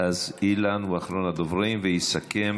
אז אילן הוא אחרון הדוברים ויסכם,